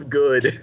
good